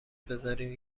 بذارین